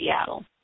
Seattle